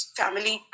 family